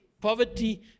Poverty